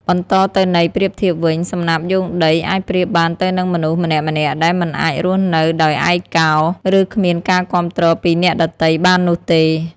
បន្តទៅន័យប្រៀបធៀបវិញ សំណាបយោងដី អាចប្រៀបបានទៅនឹងមនុស្សម្នាក់ៗ ដែលមិនអាចរស់នៅដោយឯកោ ឬគ្មានការគាំទ្រពីអ្នកដទៃបាននោះទេ។